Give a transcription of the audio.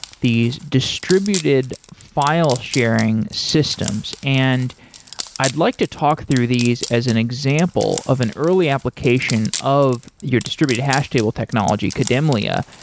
these distributed file sharing systems. and i'd like to talk through these as an example of an early application of your distributed hash table technology, kademlia,